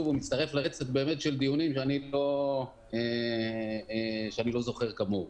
והוא מצטרף לרצף של דיונים שאני לא זוכר כמוהו.